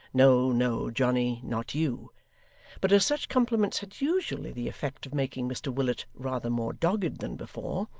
no, no, johnny, not you but as such compliments had usually the effect of making mr willet rather more dogged than before,